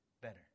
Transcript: better